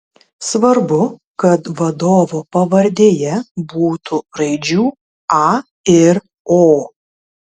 svarbu kad vadovo pavardėje būtų raidžių a ir o